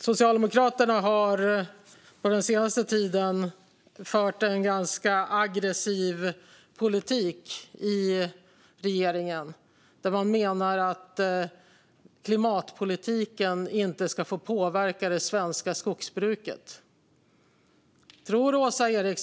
Socialdemokraterna har den senaste tiden fört en ganska aggressiv politik i regeringen där man menar att klimatpolitiken inte ska få påverka det svenska skogsbruket.